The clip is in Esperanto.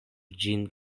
ĝin